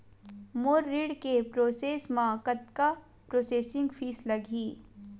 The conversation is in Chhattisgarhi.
मोर ऋण के प्रोसेस म कतका प्रोसेसिंग फीस लगही?